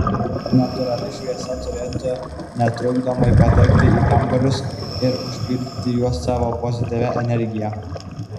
natūrali šviesa turėtų netrukdomai patekti į kambarius ir užpildyti juos savo pozityvia energija